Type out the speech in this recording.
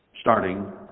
Starting